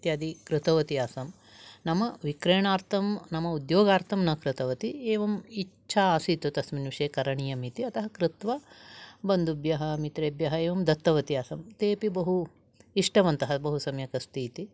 इत्यादि कृतवती आसम् नाम विक्रयणार्थं नाम उद्योगार्थं न कृतवती एवम् इच्छा आसीत् तस्मिन् विषये करणीयमिति अतः कृत्वा बन्दुभ्यः मित्रेभ्यः एवं दत्तवती आसम् तेऽपि बहु इष्टवन्तः बहु सम्यक् अस्ति इति